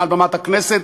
מעל במת הכנסת,